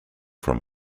from